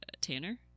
Tanner